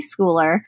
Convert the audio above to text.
schooler